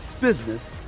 business